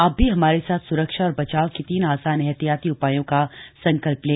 आप भी हमारे साथ सुरक्षा और बचाव के तीन आसान एहतियाती उपायों का संकल्प लें